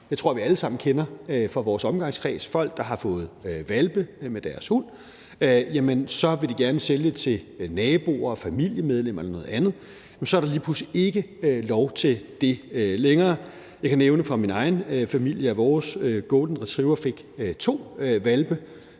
det tror jeg vi alle kender fra vores omgangskreds – at folk, der har fået hvalpe med deres hund, gerne vil sælge til naboer og familiemedlemmer og andre, har de lige pludselig ikke lov til længere. Jeg kan nævne fra min egen familie, at vores Golden retriever fik to hvalpe.